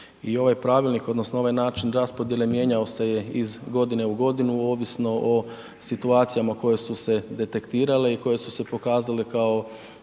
i ovaj pravilnik odnosno ovaj način raspodjele mijenjao se je iz godine u godinu ovisno o situacijama koje su se detektirale i koje su se pokazale kao